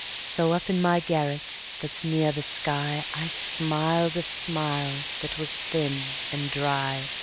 so up in my garret that's near the sky i smiled a smile that was thin and dry